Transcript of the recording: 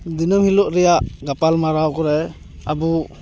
ᱫᱤᱱᱟᱹᱢ ᱦᱤᱞᱳᱜ ᱨᱮᱭᱟᱜ ᱜᱟᱯᱟᱞᱢᱟᱨᱟᱣ ᱠᱚᱨᱮ ᱟᱵᱚ